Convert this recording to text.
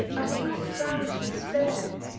i had not found despair,